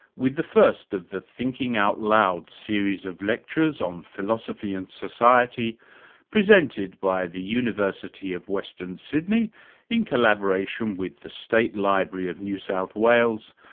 with the first of the thinking out loud series of lectures on philosophy and society presented by the university of western sydney in collaboration with the state library of new south wales,